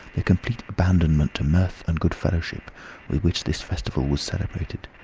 the complete abandonment to mirth and good-fellowship with which this festival was celebrated.